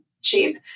cheap